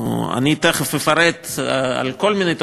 אני תכף אפרט על כל מיני תוכניות,